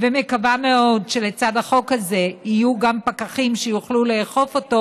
ומקווה מאוד שלצד החוק הזה יהיו גם פקחים שיוכלו לאכוף אותו,